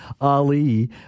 Ali